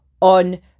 on